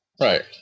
right